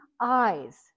eyes